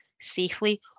safely